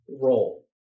role